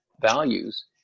values